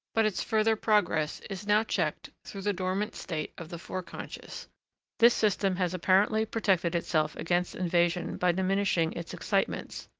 but its further progress is now checked through the dormant state of the foreconscious this system has apparently protected itself against invasion by diminishing its excitements.